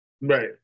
Right